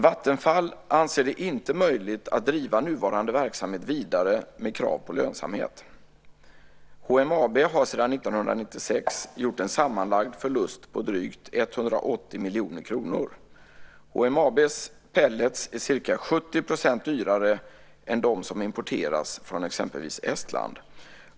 Vattenfall anser det inte möjligt att driva nuvarande verksamhet vidare med rimliga krav på lönsamhet. HMAB har sedan 1996 gjort en sammanlagd förlust på drygt 180 miljoner kronor. HMAB:s pellets är ca 70 % dyrare än de som importeras från exempelvis Estland.